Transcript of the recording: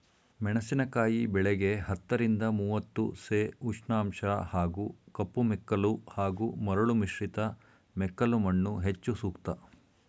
ಮೆಣಸಿನಕಾಯಿ ಬೆಳೆಗೆ ಹತ್ತರಿಂದ ಮೂವತ್ತು ಸೆ ಉಷ್ಣಾಂಶ ಹಾಗೂ ಕಪ್ಪುಮೆಕ್ಕಲು ಹಾಗೂ ಮರಳು ಮಿಶ್ರಿತ ಮೆಕ್ಕಲುಮಣ್ಣು ಹೆಚ್ಚು ಸೂಕ್ತ